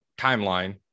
timeline